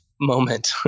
moment